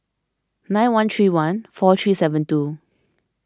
nine one three one four three seven two